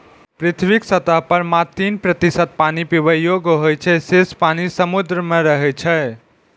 पृथ्वीक सतह पर मात्र तीन प्रतिशत पानि पीबै योग्य होइ छै, शेष पानि समुद्र मे रहै छै